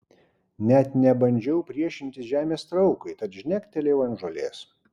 net nebandžiau priešintis žemės traukai tad žnektelėjau ant žolės